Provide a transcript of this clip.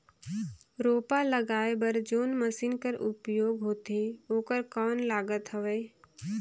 रोपा लगाय बर जोन मशीन कर उपयोग होथे ओकर कौन लागत हवय?